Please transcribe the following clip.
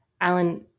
Alan